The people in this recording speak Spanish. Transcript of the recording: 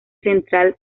central